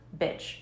bitch